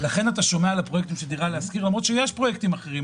לכן אתה שומע על הפרויקטים של דירה להשכיר למרות שיש פרויקטים אחרים.